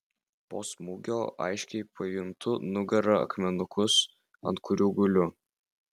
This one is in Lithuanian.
po smūgio aiškiai pajuntu nugara akmenukus ant kurių guliu